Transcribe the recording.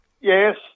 Yes